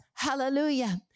hallelujah